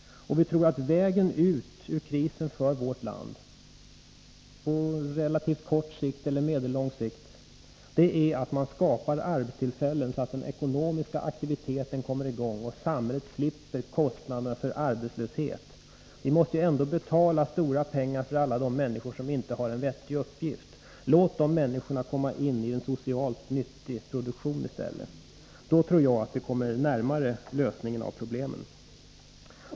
Vi tror att vägen ut ur krisen för vårt land på relativt kort sikt eller medellång sikt är att man skapar arbetstillfällen, så att den ekonomiska aktiviteten kommer i gång och samhället slipper kostnaderna för arbetslösheten. Vi måste ändå betala stora pengar för alla de människor som inte har en vettig uppgift. Låt de människorna komma in i en socialt nyttig produktion i stället! Då tror jag att vi kommer närmare lösningen på problemen.